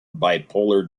bipolar